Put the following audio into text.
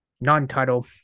Non-title